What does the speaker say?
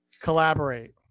Collaborate